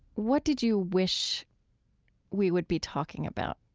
what did you wish we would be talking about?